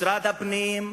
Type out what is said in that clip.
משרד הפנים,